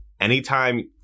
anytime